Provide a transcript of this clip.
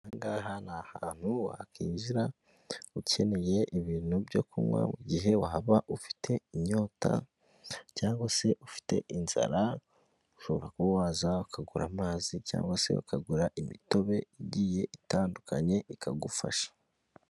Aha ngaha ni ahantu wakwinjira ukeneye ibintu byo kunywa, mu gihe waba ufite inyota cyangwa se ufite inzara, ushobora kuba waza ukagura amazi cyangwa se ukagura imitobe igiye itandukanye ikagufasha.